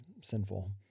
sinful